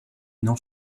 non